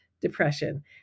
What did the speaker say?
depression